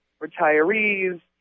retirees